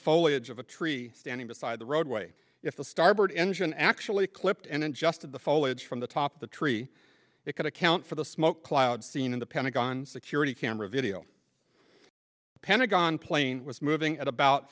foliage of a tree standing beside the roadway if the starboard engine actually clipped and adjusted the foliage from the top of the tree it could account for the smoke cloud seen in the pentagon security camera video pentagon plane was moving at about